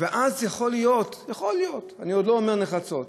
ואז יכול להיות, יכול להיות, אני לא אומר נחרצות,